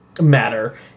matter